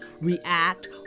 react